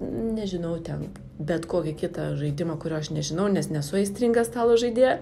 nežinau ten bet kokį kitą žaidimą kurio aš nežinau nes nesu aistringa stalo žaidėja